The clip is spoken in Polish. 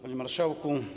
Panie Marszałku!